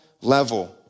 level